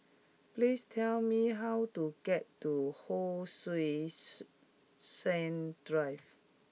please tell me how to get to Hon Sui Sen Drive